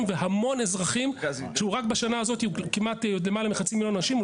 ורק בשנה הזו למעלה מחצי מיליון אנשים או